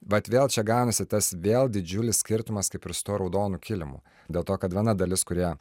vat vėl čia gaunasi tas vėl didžiulis skirtumas kaip ir su tuo raudonu kilimu dėl to kad viena dalis kurie